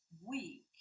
Week